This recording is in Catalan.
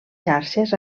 xarxes